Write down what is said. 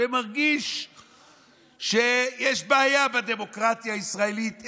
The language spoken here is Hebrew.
שמרגיש שיש בעיה בדמוקרטיה הישראלית,